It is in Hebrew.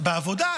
בעבודה,